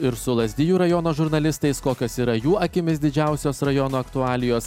ir su lazdijų rajono žurnalistais kokios yra jų akimis didžiausios rajono aktualijos